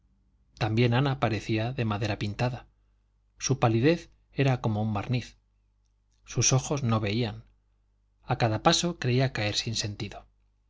también ana parecía de madera pintada su palidez era como un barniz sus ojos no veían a cada paso creía caer sin sentido